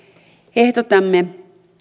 ehdotamme